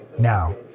Now